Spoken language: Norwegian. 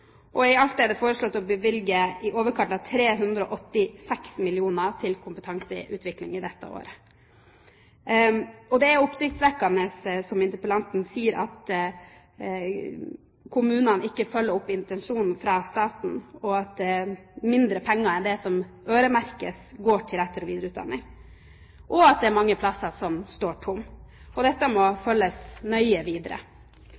I alt er det foreslått å bevilge i overkant av 386 mill. kr til kompetanseutvikling i dette året. Det er oppsiktsvekkende, som interpellanten sier, at kommunene ikke følger opp intensjonen fra statens side, at mindre penger enn det som øremerkes, går til etter- og videreutdanning, og at det er mange plasser som står tomme. Dette må følges nøye videre.